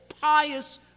pious